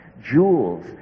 jewels